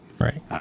right